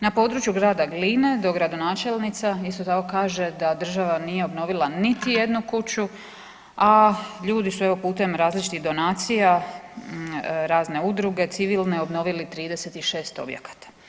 Na području Grada Gline dogradonačelnica isto tako kaže da država nije obnovila niti jednu kuću, a ljudi su evo putem različitih donacija razne udruge civilne obnovili 36 objekata.